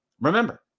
Remember